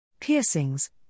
Piercings